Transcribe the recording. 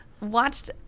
watched